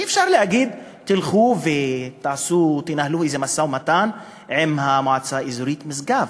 אי-אפשר להגיד: תלכו ותנהלו איזה משא-ומתן עם המועצה האזורית משגב,